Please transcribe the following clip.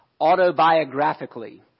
autobiographically